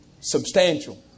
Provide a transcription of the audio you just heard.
substantial